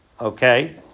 Okay